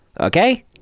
Okay